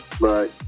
bye